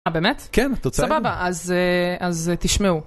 אה באמת? כן, תוצאי. סבבה, אז תשמעו.